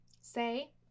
say